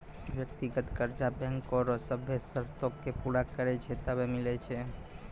व्यक्तिगत कर्जा बैंको रो सभ्भे सरतो के पूरा करै छै तबै मिलै छै